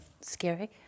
scary